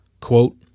Quote